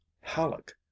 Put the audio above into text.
halleck